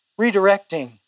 redirecting